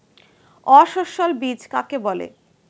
অসস্যল বীজ কাকে বলে?